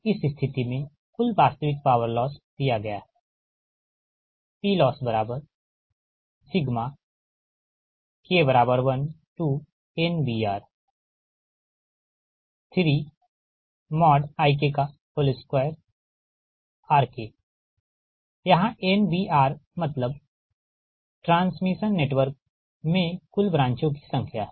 तो इस स्थिति में कुल वास्तविक पॉवर लॉस दिया गया है PLossK1NBR3IK2RK यहाँ NBR मतलब ट्रांसमिशन नेटवर्क में कुल ब्रांचों की संख्या है